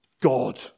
God